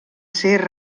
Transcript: ser